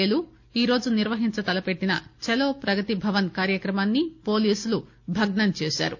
ఏలు ఈరోజు నిర్వహించతలపెట్టిన చలో ప్రగతిభవన్ కార్యక్రమాన్ని పోలీసులు భగ్నం చేశారు